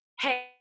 Hey